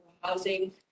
housing